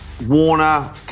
Warner